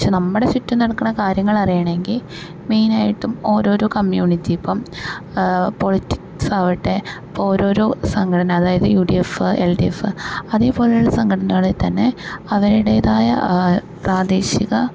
പക്ഷെ നമ്മുടെ ചുറ്റും നടക്കുന്ന കാര്യങ്ങളറിയണമെങ്കിൽ മേയ്നായിട്ടും ഓരോരോ കമ്മ്യൂണിറ്റി ഇപ്പം പൊളിറ്റിക്സാവട്ടെ ഇപ്പോൾ ഒരോരോ സംഘടന അതായത് U D F L D F S F I അതെപോലുള്ള സംഘടനകളിൽ തന്നെ അവരുടേതായ പ്രാദേശിക